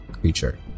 creature